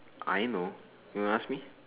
I know you want ask me